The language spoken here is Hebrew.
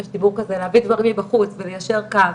יש דיבור כזה על להביא דברים מבחוץ וליישר קו,